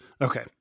okay